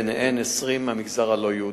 בהן 20 מהמגזר הלא-יהודי.